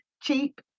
cheap